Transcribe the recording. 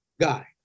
guy